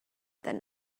than